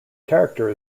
character